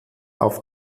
auf